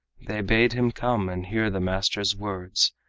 they bade him come and hear the master's words,